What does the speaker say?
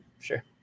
sure